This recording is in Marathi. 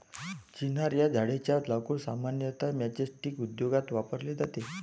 चिनार या झाडेच्या लाकूड सामान्यतः मैचस्टीक उद्योगात वापरले जाते